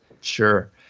Sure